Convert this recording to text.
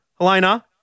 Helena